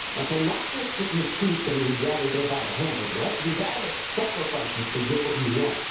okay? not just if you're cheap and you'd rather go buy a hamburger, right? you gotta make sacrifices to get what you want.